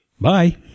Bye